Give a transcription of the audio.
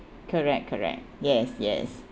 correct correct yes yes